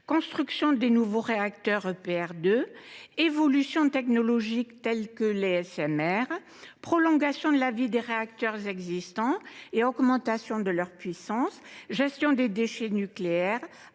pressurisés européens de type EPR2 ; évolutions technologiques telles que les SMR ; prolongation de la vie des réacteurs existants et augmentation de leur puissance ; gestion des déchets nucléaires